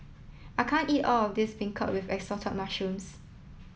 I can't eat all of this beancurd with assorted mushrooms